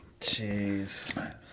Jeez